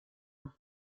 for